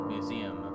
Museum